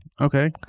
Okay